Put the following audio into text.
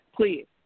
please